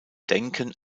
denken